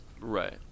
right